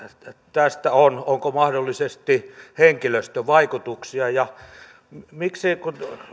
tästä on onko mahdollisesti henkilöstövaikutuksia ja kun